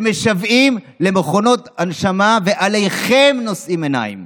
שמשוועים למכונות הנשמה ואליכם נושאים עיניים?